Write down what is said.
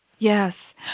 Yes